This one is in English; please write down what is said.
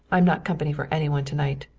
i'm not company for any one to-night.